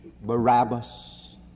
Barabbas